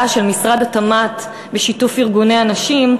של משרד התמ"ת בשיתוף ארגוני הנשים,